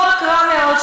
חוק רע מאוד,